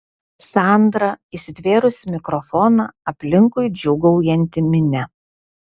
sandra įsitvėrusi mikrofoną aplinkui džiūgaujanti minia